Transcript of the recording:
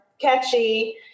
catchy